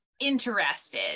interested